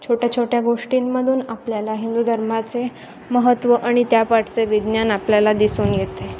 छोट्या छोट्या गोष्टींमधून आपल्याला हिंदू धर्माचे महत्त्व आणि त्या पाठचे विज्ञान आपल्याला दिसून येते